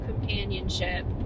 companionship